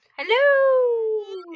Hello